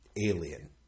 alien